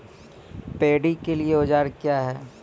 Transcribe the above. Paddy के लिए औजार क्या हैं?